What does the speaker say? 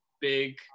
big